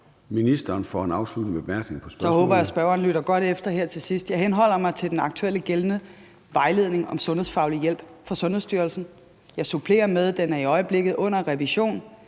og sundhedsministeren (Sophie Løhde): Så håber jeg, at spørgeren lytter godt efter her til sidst. Jeg henholder mig til den aktuelt gældende vejledning om sundhedsfaglig hjælp fra Sundhedsstyrelsen. Jeg supplerer med, at den i øjeblikket er under revision.